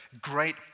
great